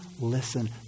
listen